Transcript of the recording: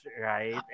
right